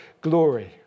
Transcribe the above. glory